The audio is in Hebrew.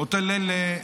אותו לילה,